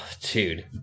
Dude